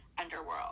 underworld